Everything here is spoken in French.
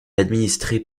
administré